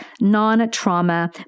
non-trauma